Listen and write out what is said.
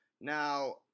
Now